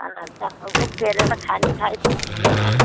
खानाहरू त मुख फेरेर खाने खालको हुने भयो